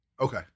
Okay